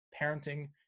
parenting